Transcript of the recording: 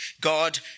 God